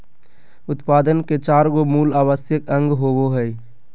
उत्पादन के चार गो मूल आवश्यक अंग होबो हइ